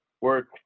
work